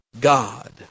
God